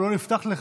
הוא לא נפתח לך.